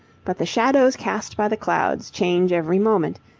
but the shadows cast by the clouds change every moment,